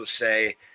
say